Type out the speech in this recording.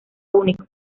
único